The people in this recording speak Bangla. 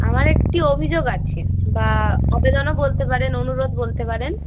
আমার একটি অভিযোগ আছে বা আবেদনও বলতে পারেন অনুরোধ বলতে পারেন